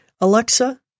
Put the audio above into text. Alexa